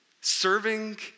Serving